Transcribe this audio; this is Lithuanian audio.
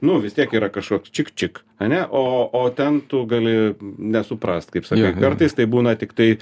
nu vis tiek yra kažkoks čik čik ane o o ten tu gali nesuprast kaip sakei kartais tai būna tiktai